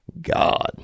God